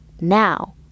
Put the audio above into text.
Now